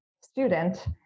student